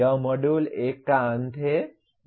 यह मॉड्यूल 1 का अंत है